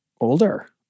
older